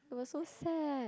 it was so sad